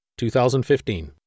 2015